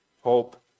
hope